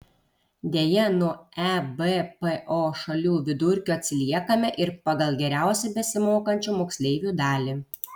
deja nuo ebpo šalių vidurkio atsiliekame ir pagal geriausiai besimokančių moksleivių dalį